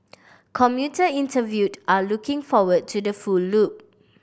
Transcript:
commuter interviewed are looking forward to the full loop